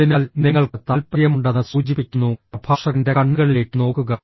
അതിനാൽ നിങ്ങൾക്ക് താൽപ്പര്യമുണ്ടെന്ന് സൂചിപ്പിക്കുന്നു പ്രഭാഷകൻറെ കണ്ണുകളിലേക്ക് നോക്കുക